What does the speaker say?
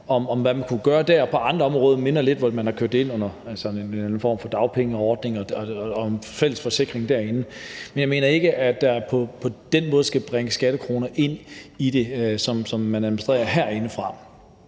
om, hvad man kunne gøre ifølge forslaget, og på andre områder minder lidt om noget, hvor man har kørt det ind under en eller anden form for dagpengeordning og fælles forsikring. Men jeg mener ikke, at der på den måde skal bringes skattekroner ind i det, som man administrerer herindefra.